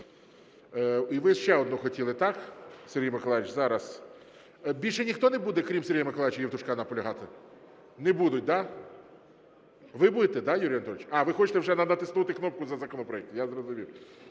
І ви ще одну хотіли, так, Сергій Миколайович? Зараз. Більше ніхто не буде, крім Сергія Миколайовича Євтушка, наполягати? Не будуть, да? Ви будете, да, Юрій Анатолійович? А, ви хочете вже натиснути кнопку за законопроект, я зрозумів.